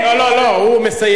משה.